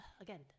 again